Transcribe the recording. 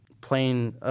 playing